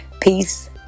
Peace